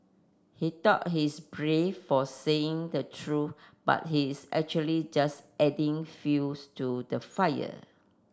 he thought he's brave for saying the truth but he's actually just adding fuels to the fire